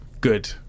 good